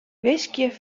wiskje